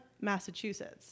Massachusetts